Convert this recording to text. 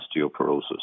osteoporosis